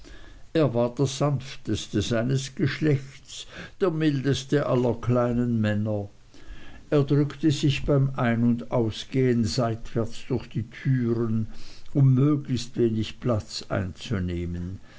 er war der sanfteste seines geschlechts der mildeste aller kleinen männer er drückte sich beim ein und ausgehen seitwärts durch die türen um möglichst wenig raum einzunehmen